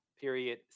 period